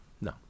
No